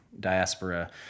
diaspora